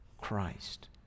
Christ